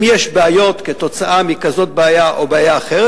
אם יש בעיות כתוצאה מבעיה כזאת או אחרת,